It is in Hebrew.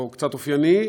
או קצת אופייני,